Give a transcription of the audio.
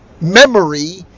memory